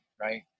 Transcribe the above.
right